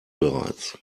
bereits